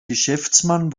geschäftsmann